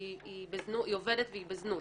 היא עובדת והיא בזנות".